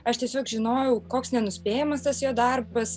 aš tiesiog žinojau koks nenuspėjamas tas jo darbas